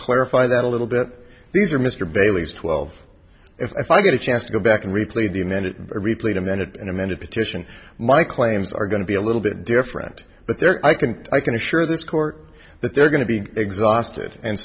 clarify that a little bit these are mr bailey's twelve if i get a chance to go back and replay the minute i replayed a minute and amended petition my claims are going to be a little bit different but there i can i can assure this court that they're going to be exhausted and